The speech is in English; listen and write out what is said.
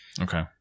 Okay